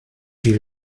die